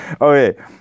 Okay